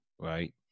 Right